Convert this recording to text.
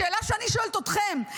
השאלה שאני שואלת אתכם,